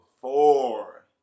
Four